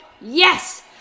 Yes